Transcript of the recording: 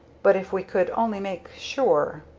but if we could only make sure